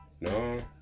No